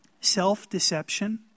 Self-deception